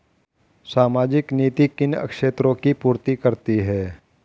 सामाजिक नीति किन क्षेत्रों की पूर्ति करती है?